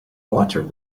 water